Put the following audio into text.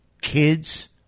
Kids